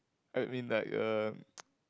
I mean like uh